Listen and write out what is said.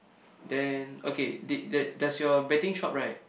then okay did that does your betting shop right